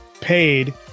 paid